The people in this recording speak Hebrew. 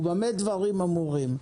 ובמה הדברים אמורים?